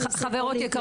חברות יקרות,